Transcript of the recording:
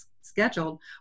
scheduled